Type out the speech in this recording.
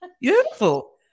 Beautiful